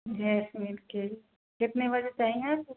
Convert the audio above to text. jasmine के कितने बजे चाहिए फूल